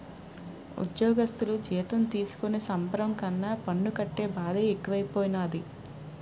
ఉజ్జోగస్థులు జీతం తీసుకునే సంబరం కన్నా పన్ను కట్టే బాదే ఎక్కువైపోనాది